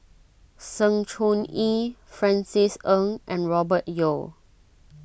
Sng Choon Yee Francis Ng and Robert Yeo